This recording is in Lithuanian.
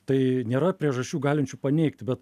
tai nėra priežasčių galinčių paneigti bet